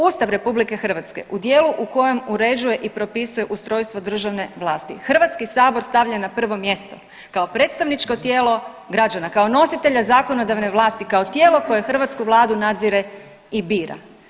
Ustav RH u dijelu u kojem uređuje i propisuje ustrojstvo državne vlasti Hrvatski sabor stavlja na prvo mjesto kao predstavničko tijelo građana, kao nositelja zakonodavne vlasti, kao tijelo koje hrvatsku vladu nadzire i bira.